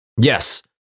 Yes